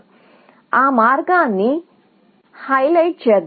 కాబట్టి ఆ మార్గాన్ని హైలైట్ చేద్దాం